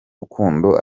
rukundo